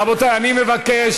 רבותי, אני מבקש.